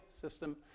system